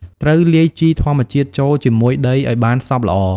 ត្រូវលាយជីធម្មជាតិចូលជាមួយដីឱ្យបានសព្វល្អ។